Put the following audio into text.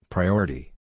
Priority